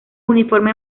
uniformes